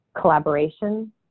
collaboration